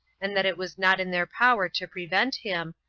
and that it was not in their power to prevent him,